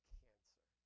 cancer